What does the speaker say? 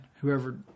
whoever